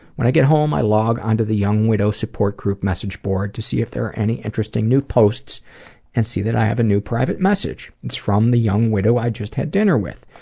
when i get home, i log on to the young widows' support group message board to see if there are any interesting new posts and see that i have a new private message. it's from the young widow i just had dinner with.